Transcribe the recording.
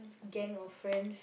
gang of friends